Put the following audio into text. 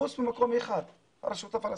חוץ ממקום אחד, הרשות הפלסטינית.